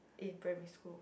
in primary school